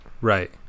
Right